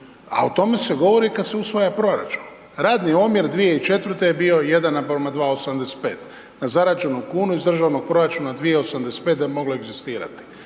a o tome se govori kada se usvaja proračun. Radni omjer 2004. je bio 1 naprama 2,85, na zarađenu kunu ih državnog proračuna, 2,85 da je mogla egzistirati,